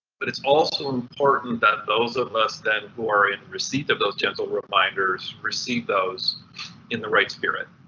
but it's also important that those of us then who are in receipt of those gentle reminders receive those in the right spirit.